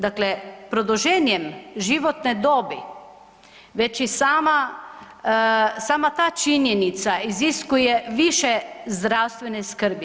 Dakle produženjem životne dobi već i sama ta činjenica iziskuje više zdravstvene skrbi.